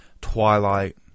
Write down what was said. Twilight